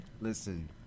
Listen